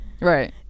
Right